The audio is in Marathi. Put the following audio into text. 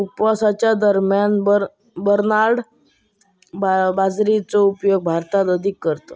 उपवासाच्या दरम्यान बरनार्ड बाजरीचो उपयोग भारतात अधिक करतत